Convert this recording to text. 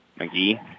McGee